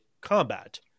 combat